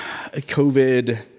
covid